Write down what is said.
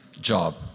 job